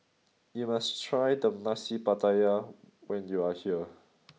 you must try the Nasi Pattaya when you are here